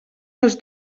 les